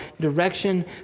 direction